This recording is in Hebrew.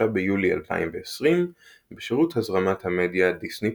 ביולי 2020 בשירות הזרמת המדיה "דיסני+".